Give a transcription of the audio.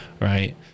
right